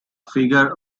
figure